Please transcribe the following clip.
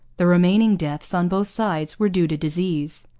the remaining deaths, on both sides, were due to disease.